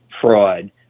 fraud